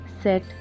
set